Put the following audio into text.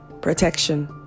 Protection